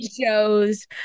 shows